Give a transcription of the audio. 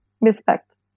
respect